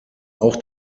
auch